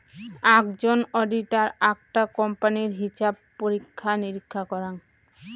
আকজন auditor আকটা কোম্পানির হিছাব পরীক্ষা নিরীক্ষা করাং